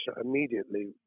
immediately